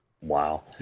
Wow